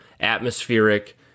atmospheric